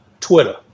Twitter